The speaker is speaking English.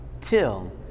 till